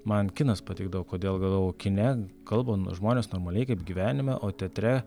man kinas patikdavo kodėl galvodavau kine kalba nu žmonės normaliai kaip gyvenime o teatre